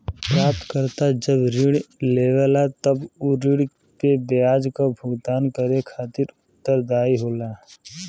प्राप्तकर्ता जब ऋण लेवला तब उ ऋण पे ब्याज क भुगतान करे खातिर उत्तरदायी होला